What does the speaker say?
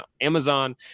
Amazon